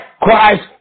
Christ